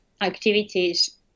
activities